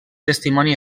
testimoni